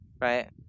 Right